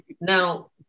now